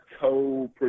co